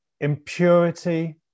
impurity